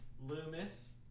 Loomis